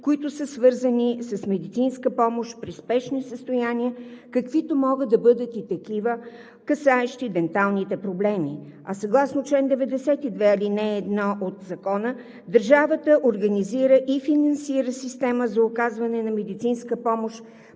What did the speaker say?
които са свързани с медицинска помощ при спешни състояния, каквито могат да бъдат и такива, касаещи денталните проблеми. Съгласно чл. 92, ал. 1 от Закона държавата организира и финансира система за оказване на медицинска помощ